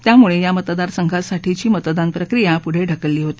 त्यामुळे या मतदारसंघासाठीची मतदान प्रक्रिया पुढे ढकलली होती